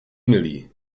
milý